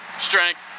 strength